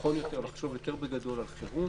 שנכון יותר לחשוב יותר בגדול על חירום,